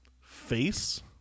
Face